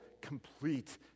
complete